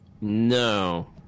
No